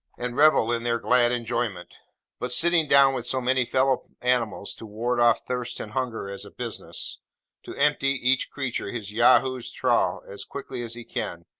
and revel in their glad enjoyment but sitting down with so many fellow-animals to ward off thirst and hunger as a business to empty, each creature, his yahoo's trough as quickly as he can,